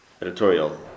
editorial